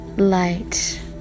Light